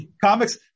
Comics